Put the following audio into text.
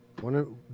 One